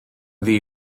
ddi